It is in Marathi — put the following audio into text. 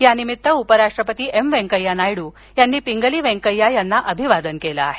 या निमित्त उपराष्ट्रपती एम व्यंकय्या नायडू यांनी पिंगली व्यंकय्या यांना अभिवादन केलं आहे